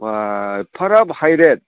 बा एफाग्राब high rate